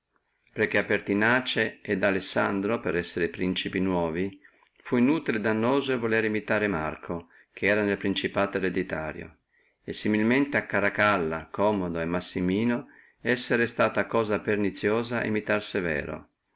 a pertinace et alessandro per essere principi nuovi fu inutile e dannoso volere imitare marco che era nel principato iure hereditario e similmente a caracalla commodo e massimino essere stata cosa perniziosa imitare severo